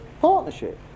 partnership